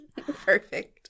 Perfect